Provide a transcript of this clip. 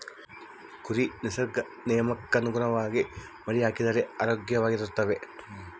ಕುರಿ ನಿಸರ್ಗ ನಿಯಮಕ್ಕನುಗುಣವಾಗಿ ಮರಿಹಾಕಿದರೆ ಆರೋಗ್ಯವಾಗಿರ್ತವೆ